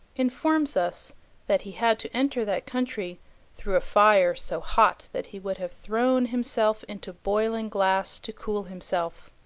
informs us that he had to enter that country through a fire so hot that he would have thrown himself into boiling glass to cool himself.